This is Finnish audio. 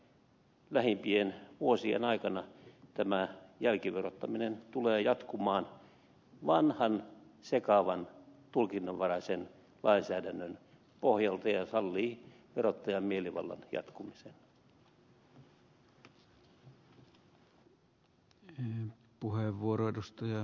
itse asiassa lähimpien vuosien aikana tämä jälkiverottaminen tulee jatkumaan vanhan sekavan tulkinnanvaraisen lainsäädännön pohjalta ja sallii verottajan mielivallan jatkumisen